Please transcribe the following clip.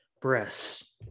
breasts